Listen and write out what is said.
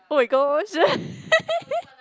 oh my gosh